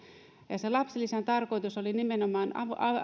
sen lapsilisän tarkoitus oli nimenomaan